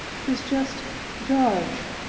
tis just jarge!